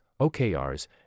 OKRs